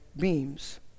beams